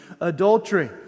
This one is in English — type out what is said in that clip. adultery